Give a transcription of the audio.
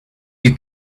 you